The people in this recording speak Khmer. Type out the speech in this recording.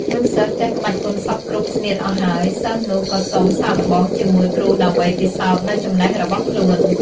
លុះសិស្សចេះក្បាច់គុនសព្វគ្រប់ស្នៀតអស់ហើយ សិស្សនោះក៏សុំសាកល្បងជាមួយគ្រូដើម្បីពិសោធនូវចំណេះរបស់ខ្លួន ។